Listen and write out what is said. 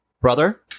brother